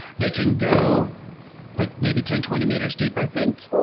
they can go like maybe ten, twenty meters deep, i think.